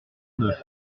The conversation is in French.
neuf